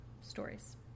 stories